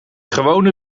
gewone